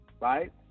right